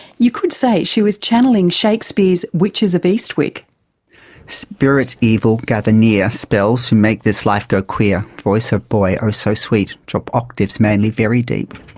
you could say she was channelling shakespeare's witches of eastwick. spirits evil gather near spells that make this life go queer. voice of boy, oh so sweet drop octaves mainly very deep.